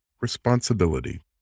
responsibility